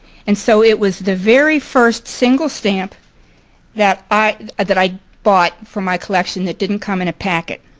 and so it was the very first single stamp that i that i bought for my collection that didn't come in a packet.